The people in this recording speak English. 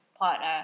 partner